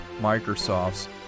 Microsoft's